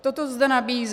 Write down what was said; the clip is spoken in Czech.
Toto zde nabízím.